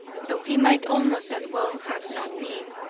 though he might almost as well have not been,